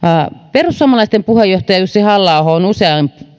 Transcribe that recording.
perussuomalaisten puheenjohtaja jussi halla aho on usein